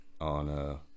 on